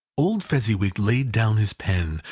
old fezziwig laid down his pen,